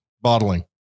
bottling